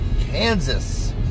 Kansas